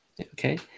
Okay